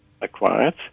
acquired